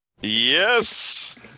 Yes